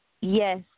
Yes